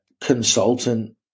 consultant